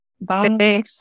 bye